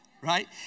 right